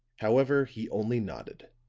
however, he only nodded.